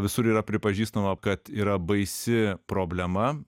visur yra pripažįstama kad yra baisi problema